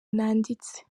nanditse